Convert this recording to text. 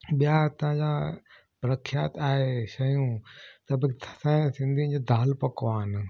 ॿिया हितां जा प्रख्यात आहे शयूं सभु असांजा सिंधियुनि जा दाल पकवान